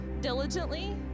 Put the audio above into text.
diligently